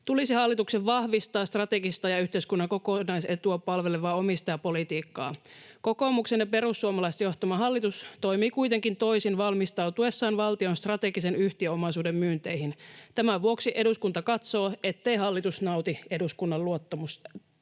tulisi hallituksen vahvistaa strategista ja yhteiskunnan kokonaisetua palvelevaa omistajapolitiikkaa. Kokoomuksen ja perussuomalaisten johtama hallitus toimii kuitenkin toisin valmistautuessaan valtion strategisen yhtiöomaisuuden myynteihin. Tämän vuoksi eduskunta katsoo, ettei hallitus nauti eduskunnan luottamusta.”